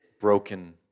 broken